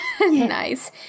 nice